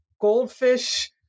goldfish